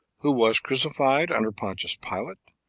who was crucified under pontius pilate,